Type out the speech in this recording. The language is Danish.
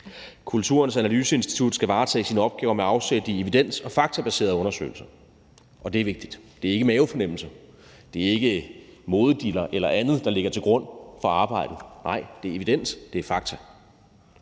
Kulturens Analyseinstitut skal varetage sine opgaver med afsæt i evidens- og faktabaserede undersøgelser, og det er vigtigt. Det er ikke mavefornemmelser, og det er ikke modediller eller andet, der ligger til grund for arbejdet. Nej, det er evidens, og det er fakta.